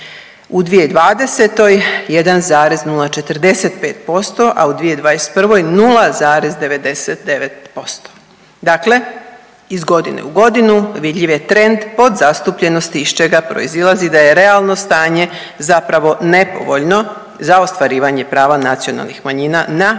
U 2020. – 1,045%, a u 2021. – 0,99%. Dakle, iz godine u godinu vidljiv je trend podzastupljenosti iz čega proizlazi da je realno stanje zapravo nepovoljno za ostvarivanje prava nacionalnih manjina na pristup